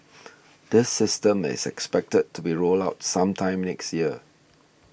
this system is expected to be rolled out sometime next year